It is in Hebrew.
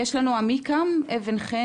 יש לנו את עמיקם אבן חן,